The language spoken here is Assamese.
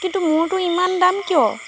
কিন্তু মোৰটো ইমান দাম কিয়